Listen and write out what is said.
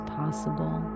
possible